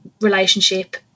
relationship